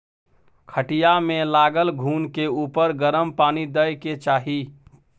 खटिया मे लागल घून के उपर गरम पानि दय के चाही